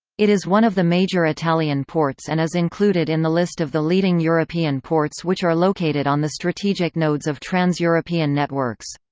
it is one of the major italian ports and is included in the list of the leading european ports which are located on the strategic nodes of trans-european networks.